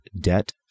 debt